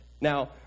Now